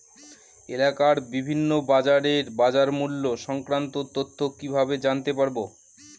এলাকার বিভিন্ন বাজারের বাজারমূল্য সংক্রান্ত তথ্য কিভাবে জানতে পারব?